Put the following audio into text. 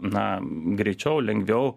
na greičiau lengviau